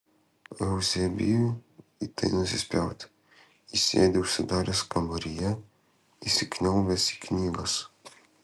euzebijui į tai nusispjauti jis sėdi užsidaręs kambaryje įsikniaubęs į knygas